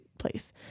place